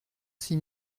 six